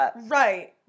Right